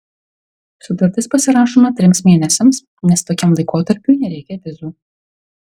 sutartis pasirašoma trims mėnesiams nes tokiam laikotarpiui nereikia vizų